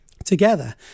together